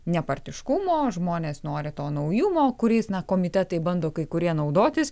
nepartiškumo žmonės nori to naujumo kuriais na komitetai bando kai kurie naudotis